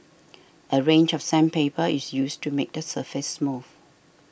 a range of sandpaper is used to make the surface smooth